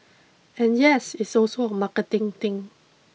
and yes it's also a marketing thing